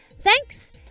Thanks